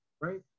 right